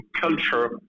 culture